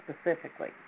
specifically